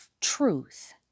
truth